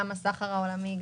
גם הסחר העולמי,